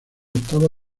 estaba